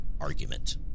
argument